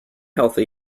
healthy